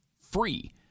free